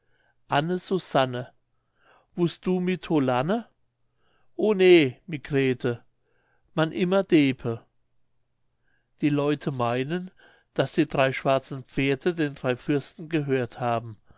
anne susanne wust du mit to lanne o ne mi grete man immer deepe die leute meinen daß die drei schwarzen pferde den drei fürsten gehört haben